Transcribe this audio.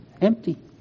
empty